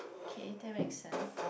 okay that make sense